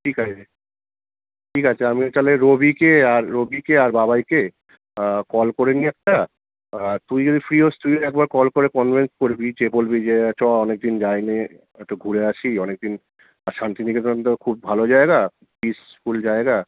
ঠিক আছে ঠিক আছে আমিও তাহলে রবিকে আর রবিকে আর বাবাইকে কল করে নিই একটা তুই যদি ফ্রি হোস তুইও একবার কল করে কনভিন্স করবি যে বলবি যে চ অনেক দিন যাই নি একটু ঘুরে আসি অনেক দিন আর শান্তিনিকেতন তো খুব ভালো জায়গা পিসফুল জায়গা